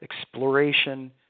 exploration